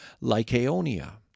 Lycaonia